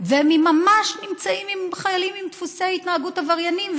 וממש נמצאים עם חיילים עם דפוסי התנהגות עברייניים,